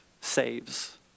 saves